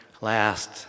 last